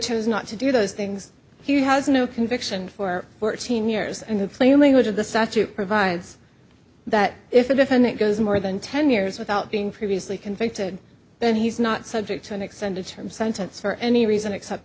chose not to do those things he has no conviction for fourteen years and the plain language of the statute provides that if a defendant goes more than ten years without being previously convicted then he's not subject to an extended term sentence for any reason except